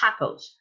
tacos